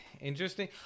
interesting